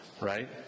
Right